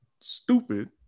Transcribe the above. stupid